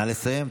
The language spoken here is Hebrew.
נא לסיים.